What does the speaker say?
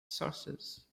sources